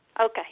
Okay